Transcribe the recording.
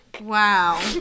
Wow